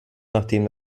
nachdem